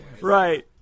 Right